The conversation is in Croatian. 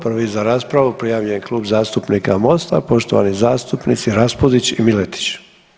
Prvi za raspravu prijavljen je Klub zastupnika Mosta, poštovani zastupnici Raspudić i Miletić.